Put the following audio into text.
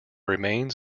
remains